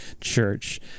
church